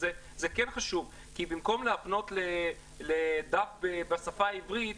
וזה כן חשוב כי במקום להפנות לדף בשפה העברית,